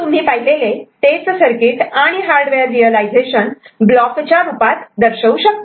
तर तुम्ही पाहिलेले तेच सर्किट आणि हार्डवेअर रियलायझेशन ब्लॉक च्या रूपात दर्शवू शकतात